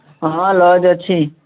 ହଁ ଲଜ୍ ଅଛି